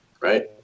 right